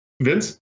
Vince